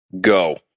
Go